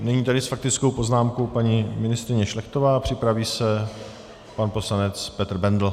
Nyní tedy s faktickou poznámkou paní ministryně Šlechtová a připraví se pan poslanec Petr Bendl.